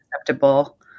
acceptable